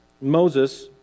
Moses